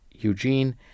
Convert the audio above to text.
Eugene